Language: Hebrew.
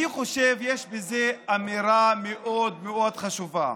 אני חושב שיש בזה אמירה מאוד מאוד חשובה.